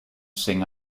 sing